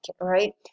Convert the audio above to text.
right